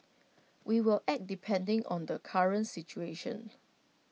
we will act depending on the current situation